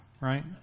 right